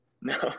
No